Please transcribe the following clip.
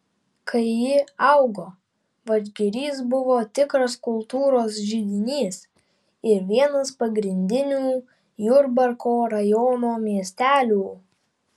kai ji augo vadžgirys buvo tikras kultūros židinys ir vienas pagrindinių jurbarko rajono miestelių